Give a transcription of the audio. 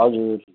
हजुर